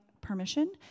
permission